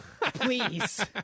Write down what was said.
Please